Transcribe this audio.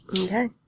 okay